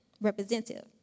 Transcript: representative